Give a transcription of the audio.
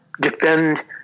defend